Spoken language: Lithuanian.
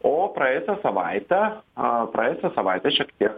o praėjusią savaitę o praėjusią savaitę šiek tiek